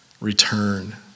return